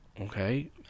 Okay